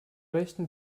rechten